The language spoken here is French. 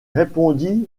répondit